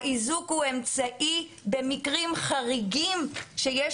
האיזוק הוא אמצעי במקרים חריגים שיש